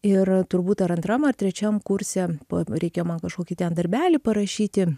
ir turbūt ar antram ar trečiam kurse po reikia man kažkokį ten darbelį parašyti